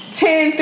ten